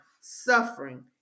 suffering